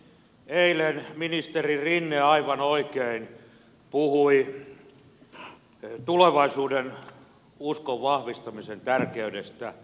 eilen ministeri rinne aivan oikein puhui tulevaisuudenuskon vahvistamisen tärkeydestä